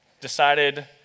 decided